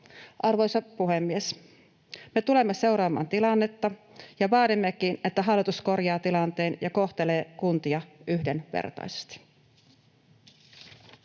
Arvoisa puhemies! Me tulemme seuraamaan tilannetta ja vaadimmekin, että hallitus korjaa tilanteen ja kohtelee kuntia yhdenvertaisesti.